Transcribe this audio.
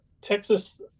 Texas